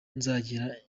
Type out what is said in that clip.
nzagenda